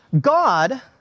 God